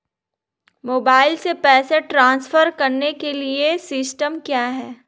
Mobile से पैसे transfer करने के लिए सिस्टम क्या है?